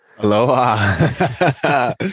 Aloha